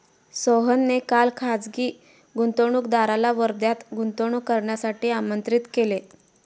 सोहनने काल खासगी गुंतवणूकदाराला वर्ध्यात गुंतवणूक करण्यासाठी आमंत्रित केले